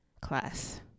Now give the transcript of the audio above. class